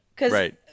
right